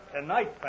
Tonight